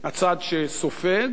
הצד שסופג,